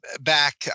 back